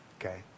Okay